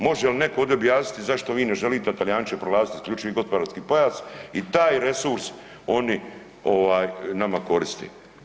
Može li netko ovdje objasniti zašto vi ne želite, a Talijani će proglasiti isključivi gospodarski pojas i taj resurs oni ovaj nama koriste.